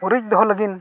ᱩᱨᱤᱡ ᱫᱚᱦᱚ ᱞᱟᱹᱜᱤᱫ